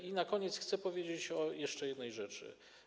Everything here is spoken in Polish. I na koniec chcę powiedzieć o jeszcze jednej rzeczy.